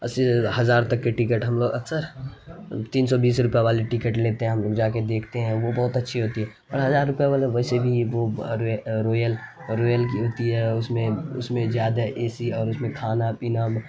اسی ہزار تک کے ٹکٹ ہم لوگ اکثر تین سو بیس روپے والے ٹکٹ لیتے ہیں ہم جا کے دیکھتے ہیں وہ بہت اچھی ہوتی ہے اور ہزار روپے والے ویسے بھی وہ رویل رویل کی ہوتی ہے اور اس میں اس میں زیادہ اے سی اور اس میں کھانا پینا